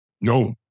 No